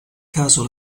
caso